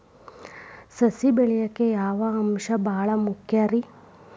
ಸಸಿ ಬೆಳೆಯಾಕ್ ಯಾವ ಅಂಶ ಭಾಳ ಮುಖ್ಯ ರೇ?